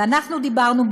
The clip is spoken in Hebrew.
ואנחנו דיברנו,